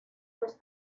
los